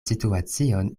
situacion